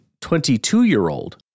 22-year-old